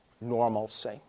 normalcy